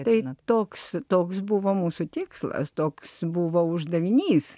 prieina toks toks buvo mūsų tikslas toks buvo uždavinys